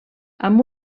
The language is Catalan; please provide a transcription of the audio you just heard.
amb